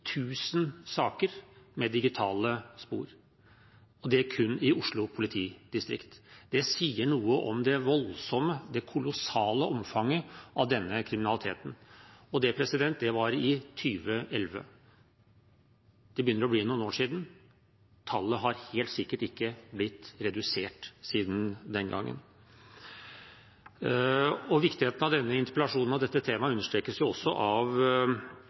saker med digitale spor – og det kun i Oslo politidistrikt. Det sier noe om det voldsomme, det kolossale, omfanget av denne kriminaliteten. Og det var i 2011, det begynner å bli noen år siden, tallet har helt sikkert ikke blitt redusert siden den gangen. Viktigheten av denne interpellasjonen og dette temaet understrekes også av